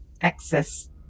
access